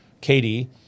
Katie